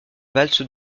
valses